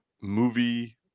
movie